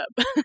up